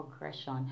progression